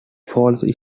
falls